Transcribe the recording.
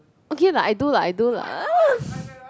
okay lah I do lah I do lah